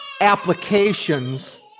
applications